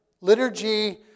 Liturgy